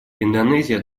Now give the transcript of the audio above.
индонезия